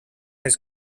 his